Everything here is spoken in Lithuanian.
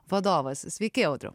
vadovas sveiki audriau